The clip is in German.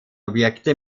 objekte